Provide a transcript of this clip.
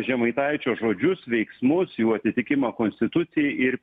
žemaitaičio žodžius veiksmus jų atitikimą konstitucijai ir